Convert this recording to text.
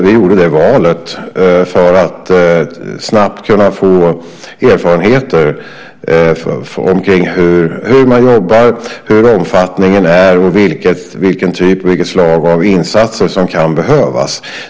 Vi gjorde det valet för att snabbt kunna få erfarenheter när det gäller hur man jobbar, hur omfattningen är och vilket slag av insatser som kan behövas.